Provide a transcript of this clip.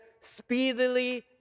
speedily